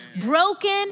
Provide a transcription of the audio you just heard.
broken